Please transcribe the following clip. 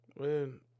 Man